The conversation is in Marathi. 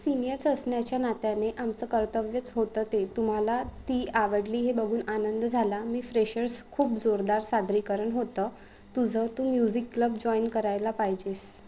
सिनियर्स असण्याच्या नात्याने आमचं कर्तव्यच होतं ते तुम्हाला ती आवडली हे बघून आनंद झाला मी फ्रेशर्स खूप जोरदार सादरीकरण होतं तुझं तू म्युझिक क्लब जॉईन करायला पाहिजेस